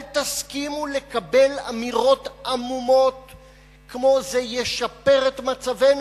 אל תסכימו לקבל אמירות עמומות כמו: "זה ישפר את מצבנו".